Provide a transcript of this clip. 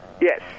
Yes